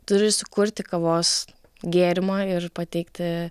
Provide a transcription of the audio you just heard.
turi sukurti kavos gėrimą ir pateikti